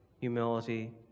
humility